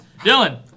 Dylan